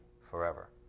forever